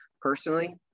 Personally